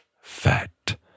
fat